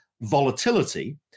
volatility